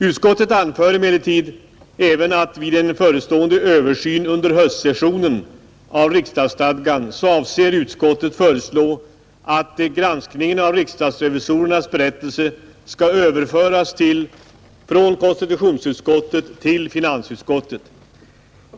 Utskottet anför emellertid även att utskottet vid en förestående översyn av riksdagsstadgan under höstsessionen avser att föreslå att granskningen av riksdagsrevisorernas berättelse skall överföras från konstitutionsutskottet till finansutskottet.